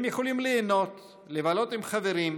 הם יכולים ליהנות, לבלות עם חברים,